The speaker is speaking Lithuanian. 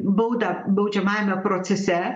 baudą baudžiamajame procese